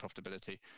profitability